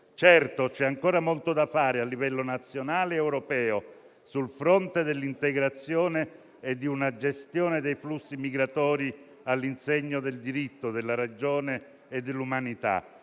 Certo, c'è ancora molto da fare a livello nazionale ed europeo sul fronte dell'integrazione e di una gestione dei flussi migratori all'insegna del diritto, della ragione e dell'umanità,